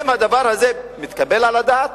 האם הדבר הזה מתקבל על הדעת?